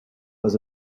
was